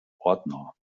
ordner